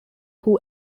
who